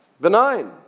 benign